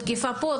תקיפה פה,